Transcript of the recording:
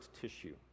tissue